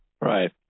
Right